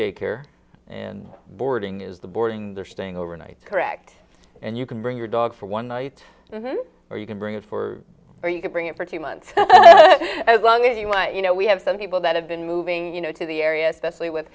day care and boarding is the boarding they're staying overnight correct and you can bring your dog for one night or you can bring it for or you can bring it for two months as long as you want to you know we have some people that have been moving you know to the area especially with